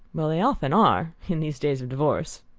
well, they often are in these days of divorce!